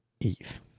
Eve